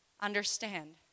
understand